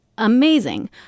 Amazing